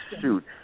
suit